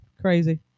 Crazy